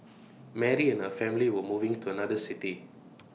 Mary and her family were moving to another city